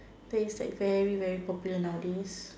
that is like very very popular nowadays